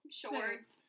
shorts